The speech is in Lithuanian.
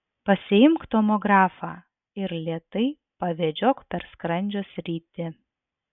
pasiimk tomografą ir lėtai pavedžiok per skrandžio sritį